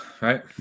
right